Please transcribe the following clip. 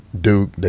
Duke